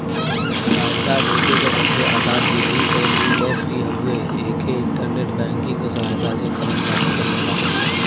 पैसा भेजे क सबसे आसान विधि एन.ई.एफ.टी हउवे एके इंटरनेट बैंकिंग क सहायता से करल जा सकल जाला